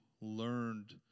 learned